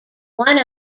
one